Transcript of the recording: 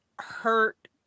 hurt